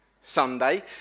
Sunday